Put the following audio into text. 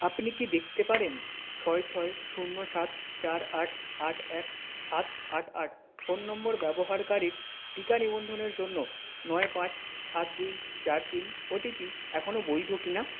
আপনি কি দেখতে পারেন ছয় ছয় শূন্য সাত চার আট আট এক সাত আট আট ফোন নম্বর ব্যবহারকারীর টিকা নিবন্ধনের জন্য নয় পাঁচ সাত দুই চার তিন ওটিপি এখনও বৈধ কি না